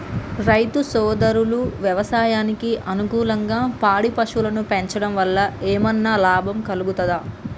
రైతు సోదరులు వ్యవసాయానికి అనుకూలంగా పాడి పశువులను పెంచడం వల్ల ఏమన్నా లాభం కలుగుతదా?